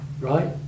right